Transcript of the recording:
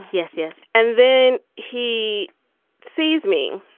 yes, yes, yes and then. he sees me.